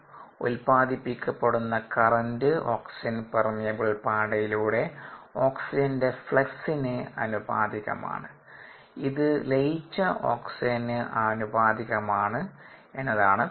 ഉത്പാദിപ്പിക്കപ്പെടുന്ന current oxygen permeable പാടയിലൂടെ ഓക്സിജന്റെ ഫ്ലക്സിന് ആനുപാതികമാണ് ഇത് ലയിച്ച ഓക്സിജന് ആനുപാതികമാണ് എന്നതാണു തത്ത്വം